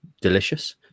Delicious